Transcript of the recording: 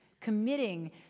committing